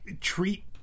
treat